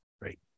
Great